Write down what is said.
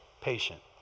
patient